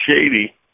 Shady